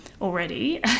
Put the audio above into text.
already